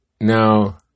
Now